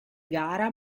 gara